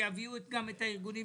שיביאו גם את הארגונים.